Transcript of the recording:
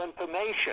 information